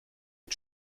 une